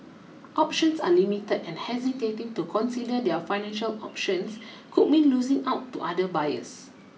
options are limited and hesitating to consider their financial options could mean losing out to other buyers